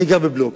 אני גר בבלוקים.